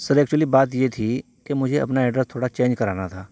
سر actually بات یہ تھی کہ مجھے اپنا ایڈریس تھوڑا چینج کرانا تھا